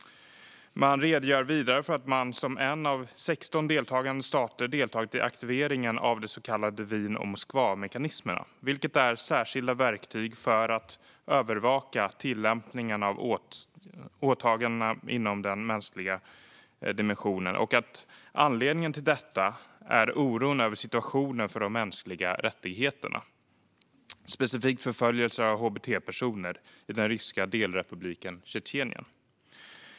Man redogör vidare för att Sverige som en av 16 deltagande stater deltagit i aktiveringen av de så kallade Wien och Moskvamekanismerna, vilka är särskilda verktyg för att övervaka tillämpningen av åtagandena inom den mänskliga dimensionen. Anledningen till detta är oron över situationen för de mänskliga rättigheterna, specifikt förföljelser av hbt-personer, i den ryska delrepubliken Tjetjenien.